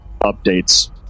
updates